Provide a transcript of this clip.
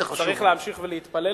צריך להמשיך ולהתפלל,